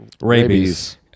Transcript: rabies